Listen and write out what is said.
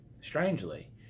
strangely